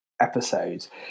Episodes